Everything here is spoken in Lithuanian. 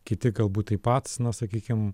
kiti galbūt taip pat na sakykim